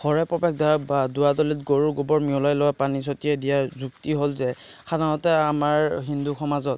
ঘৰৰ প্ৰৱেশদ্বাৰত বা দুৱাৰডলিত গৰু গোবৰ মিহলাই লোৱা পানী ছটিয়াই দিয়াৰ যুক্তি হ'ল যে সাধাৰণতে আমাৰ হিন্দু সমাজত